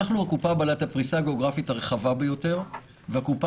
אנחנו הקופה בעלת הפרישה הגיאוגרפית הרחבה ביותר והקופה